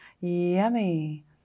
Yummy